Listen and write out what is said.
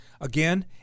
Again